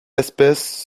espèce